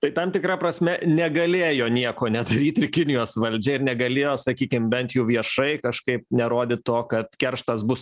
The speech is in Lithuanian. tai tam tikra prasme negalėjo nieko nedaryt ir kinijos valdžia ir negalėjo sakykim bent jau viešai kažkaip nerodyt to kad kerštas bus